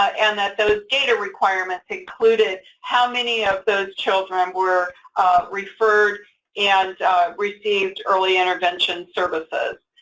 and that those data requirements included how many of those children um were referred and received early intervention services,